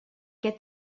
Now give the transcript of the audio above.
què